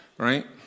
right